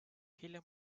hiljem